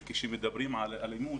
וכשמדברים על אלימות,